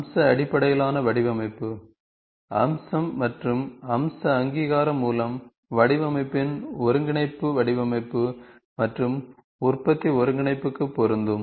அம்ச அடிப்படையிலான வடிவமைப்பு அம்சம் மற்றும் அம்ச அங்கீகாரம் மூலம் வடிவமைப்பின் ஒருங்கிணைப்பு வடிவமைப்பு மற்றும் உற்பத்தி ஒருங்கிணைப்புக்கு பொருந்தும்